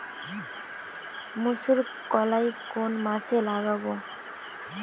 মুসুর কলাই কোন মাসে লাগাব?